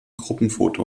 gruppenfoto